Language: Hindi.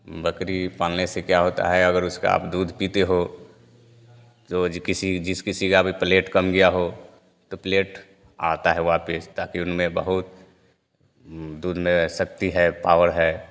बकरी पालने से क्या होता है अगर आप उसका दूध पीते हो तो जिस किसी का भी प्लेट कम गया हो तो प्लेट आता है वापस ताकी उनमें बहुत दूध में शक्ति है पॉवर है